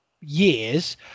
years